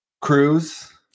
cruise